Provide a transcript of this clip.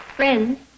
Friends